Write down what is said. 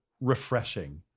refreshing